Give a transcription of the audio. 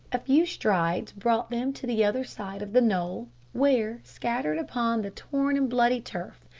a few strides brought them to the other side of the knoll where, scattered upon the torn and bloody turf,